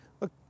look